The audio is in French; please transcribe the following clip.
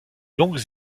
longues